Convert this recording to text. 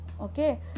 okay